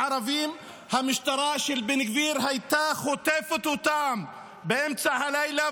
המשטרה של בן גביר הייתה חוטפת אותם באמצע הלילה,